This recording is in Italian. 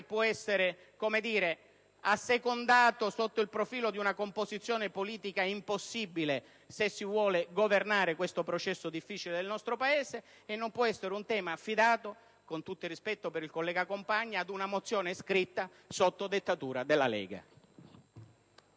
né assecondato sotto il profilo di una composizione politica impossibile se si vuole governare questo processo difficile del nostro Paese, né può essere un tema affidato, con tutto il rispetto per il senatore Compagna, ad una mozione scritta sotto dettatura della Lega.